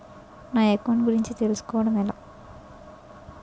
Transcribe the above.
నా అకౌంట్ గురించి తెలుసు కోవడం ఎలా?